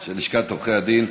של לשכת עורכי הדין,